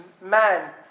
man